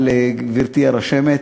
גברתי הרשמת,